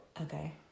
Okay